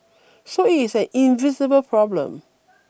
so it is an invisible problem